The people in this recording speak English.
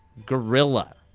gorilla.